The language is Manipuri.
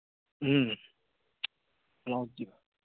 ꯎꯝ ꯀ꯭ꯂꯥꯎꯗꯤ